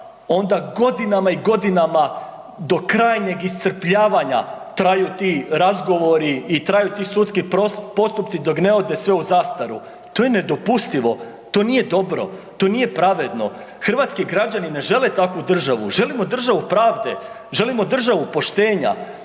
onda godinama i godinama do krajnjeg iscrpljavanja traju ti razgovori i traju sudski postupci dok ne ode sve u zastaru, to je nedopustivo, to nije dobro, to nije pravedno. Hrvatski građani ne žele takvu državu, želimo državu pravde, želimo državu poštenja,